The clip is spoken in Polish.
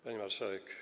Pani Marszałek!